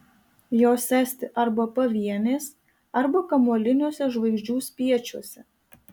jos esti arba pavienės arba kamuoliniuose žvaigždžių spiečiuose